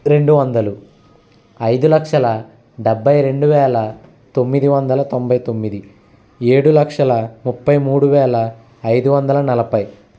రెండు వందలు ఐదు లక్షల డెబ్భై రెండు వేల తొమ్మిది వందల తొంభై తొమ్మిది ఏడు లక్షల ముప్పై మూడు వేల ఐదు వందల నలభై